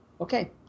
Okay